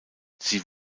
sie